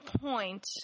point